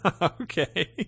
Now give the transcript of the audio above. Okay